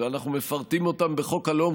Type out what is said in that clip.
ואנחנו מפרטים אותן בחוק הלאום,